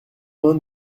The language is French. vingt